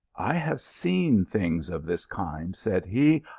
i have seen things of this kind, said he,